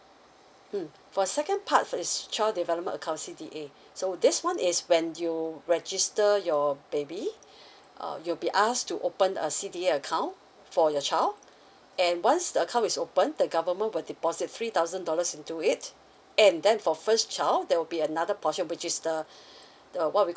mm for second part it's child development account C_D_A so this one is when you register your baby uh you'll be asked to open a C_D_A account for your child and once the account is opened the government will deposit three thousand dollars into it and then for first child there will be another portion which is the the what we